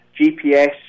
GPS